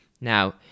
now